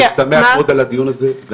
ואני שמח מאוד על הדיון הזה.